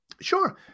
Sure